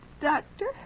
Doctor